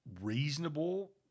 reasonable